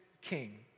king